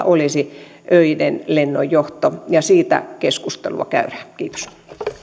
olisi öinen lennonjohto ja siitä keskustelua käydään kiitos